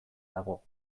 dago